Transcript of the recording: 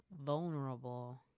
vulnerable